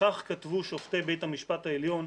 וכך כתבו שופטי בית המשפט העליון,